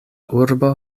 urbo